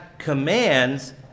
commands